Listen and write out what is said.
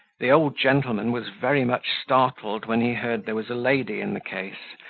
the old gentleman was very much startled when he heard there was a lady in the case,